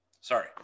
Sorry